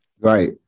Right